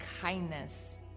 kindness